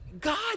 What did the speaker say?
God